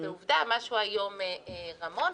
מה שהוא היום רמון,